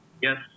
Yes